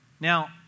Now